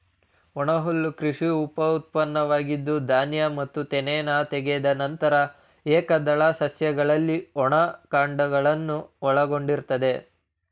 ಒಣಹುಲ್ಲು ಕೃಷಿ ಉಪಉತ್ಪನ್ನವಾಗಿದ್ದು ಧಾನ್ಯ ಮತ್ತು ತೆನೆನ ತೆಗೆದ ನಂತರ ಏಕದಳ ಸಸ್ಯಗಳ ಒಣ ಕಾಂಡಗಳನ್ನು ಒಳಗೊಂಡಿರ್ತದೆ